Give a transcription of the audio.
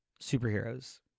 superheroes